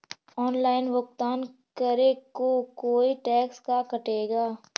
Online भुगतान करे को कोई टैक्स का कटेगा?